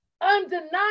undeniable